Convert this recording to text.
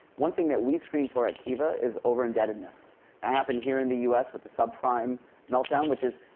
one thing that we screen for at kiva is over indebtedness. it ah happened here in the u s. with the subprime meltdown which is,